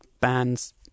bands